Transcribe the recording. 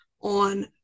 on